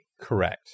Correct